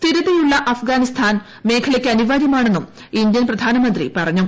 സ്ഥിരതയുള്ള അഫ്ഗാനിസ്ഥാൻ മേഖലയ്ക്ക് അനിവാര്യമാണെന്നും ഇന്ത്യൻ പ്രധാനമന്ത്രി പറഞ്ഞു